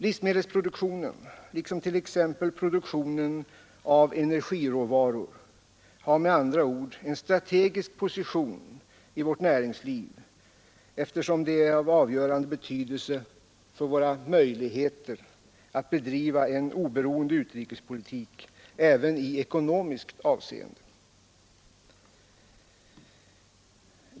Livsmedelsproduktionen liksom t.ex. produktionen av energiråvaror har med andra ord en strategisk position i vårt näringsliv, eftersom den är av avgörande betydelse för våra möjligheter att bedriva en oberoende utrikespolitik även i ekonomiskt avseende.